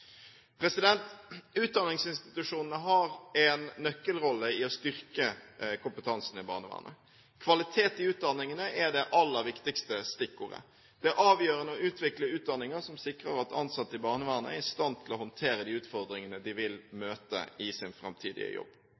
Utdanningsinstitusjonene har en nøkkelrolle i å styrke kompetansen i barnevernet. Kvalitet i utdanningene er det aller viktigste stikkordet. Det er avgjørende å utvikle utdanninger som sikrer at ansatte i barnevernet er i stand til å håndtere de utfordringene de vil møte i sin framtidige jobb.